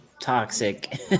toxic